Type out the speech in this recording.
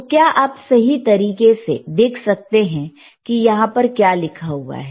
तो क्या आप सही तरीके से देख सकते हैं कि यहां पर क्या लिखा हुआ है